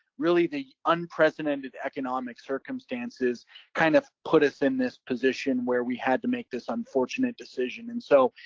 really the unprecedented economic circumstances kind of put us in this position where we had to make this unfortunate decision. and so,